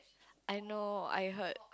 I know I heard